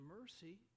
mercy